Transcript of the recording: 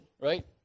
right